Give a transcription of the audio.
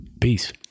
Peace